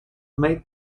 made